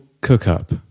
Cook-Up